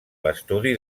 l’estudi